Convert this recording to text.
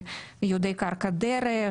בייעודי קרקע דרך,